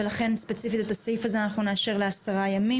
ולכן ספציפית את הסעיף הזה אנחנו נאשר לעשרה ימים.